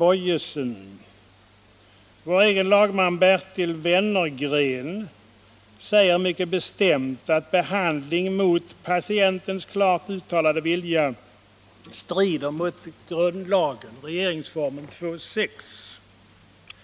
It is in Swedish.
Och vår egen lagman Bertil Wennergren säger mycket bestämt att behandling mot en patients klart uttalade vilja strider mot grundlagen, regeringsformens 2 kap. 6 §.